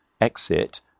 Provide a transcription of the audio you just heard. exit